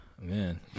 Man